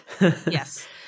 Yes